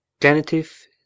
Genitive